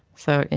so yeah